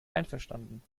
einverstanden